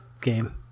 game